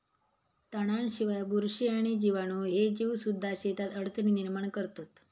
तणांशिवाय, बुरशी आणि जीवाणू ह्ये जीवसुद्धा शेतात अडचणी निर्माण करतत